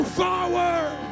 forward